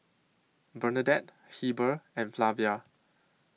Bernadette Heber and Flavia